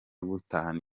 gutahana